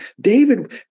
David